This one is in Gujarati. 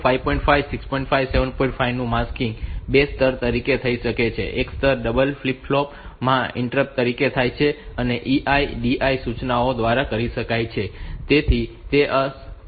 5 નું માસ્કિંગ બે સ્તરે કરી શકાય છે એક સ્તર ડબલ ફ્લિપ ફ્લોપ માં ઇન્ટરપ્ટ કરી શકાય છે અને EI DI સૂચનાઓ દ્વારા કરી શકાય છે જેથી તે એક શક્યતા છે